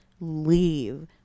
Leave